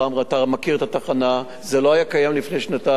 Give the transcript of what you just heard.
אתה מכיר את התחנה, זה לא היה קיים לפני שנתיים.